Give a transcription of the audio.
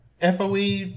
FOE